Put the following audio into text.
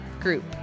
group